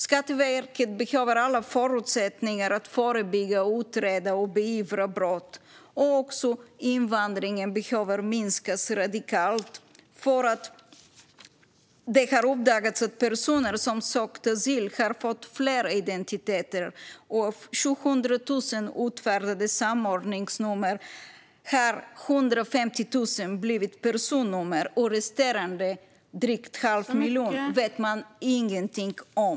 Skatteverket behöver alla förutsättningar att förebygga, utreda och beivra brott. Invandringen behöver också minskas radikalt. Det har uppdagats att personer som har sökt asyl har fått flera identiteter. Av 700 000 utfärdade samordningsnummer har 150 000 blivit personnummer. Resterande drygt en halv miljon vet man ingenting om.